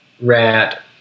RAT